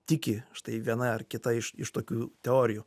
tiki štai viena ar kita iš iš tokių teorijų